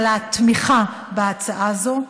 על התמיכה בהצעה זאת,